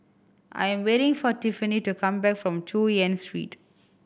I am waiting for Tiffany to come back from Chu Yen Street